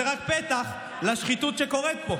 זה רק פתח לשחיתות שקורית פה,